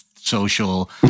Social